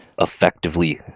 effectively